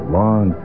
long